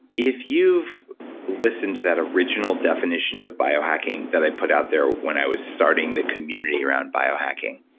if you've listened to that original definition of bio hacking that i put out there when i was starting the community around bio hacking,